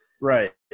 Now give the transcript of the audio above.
Right